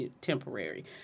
temporary